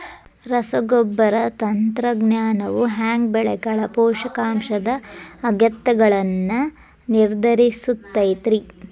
ರಸಗೊಬ್ಬರ ತಂತ್ರಜ್ಞಾನವು ಹ್ಯಾಂಗ ಬೆಳೆಗಳ ಪೋಷಕಾಂಶದ ಅಗತ್ಯಗಳನ್ನ ನಿರ್ಧರಿಸುತೈತ್ರಿ?